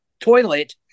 toilet